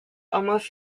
almost